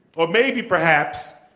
or, maybe perhaps,